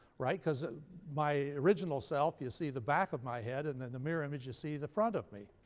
right? because my original self, you see the back of my head, and in the mirror image you see the front of me.